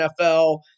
NFL